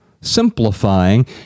simplifying